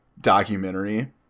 documentary